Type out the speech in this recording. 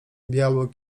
biały